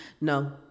No